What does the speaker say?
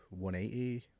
180